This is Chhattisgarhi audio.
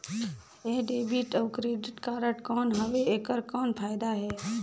ये डेबिट अउ क्रेडिट कारड कौन हवे एकर कौन फाइदा हे?